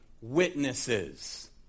witnesses